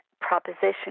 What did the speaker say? proposition